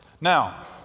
Now